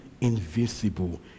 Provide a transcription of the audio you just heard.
invisible